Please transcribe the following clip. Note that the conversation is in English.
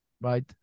right